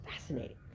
fascinating